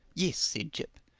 yes, said jip,